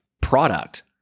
product